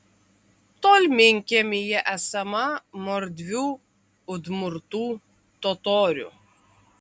tolminkiemyje esama mordvių udmurtų totorių